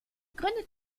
gründet